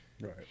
Right